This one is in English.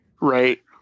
right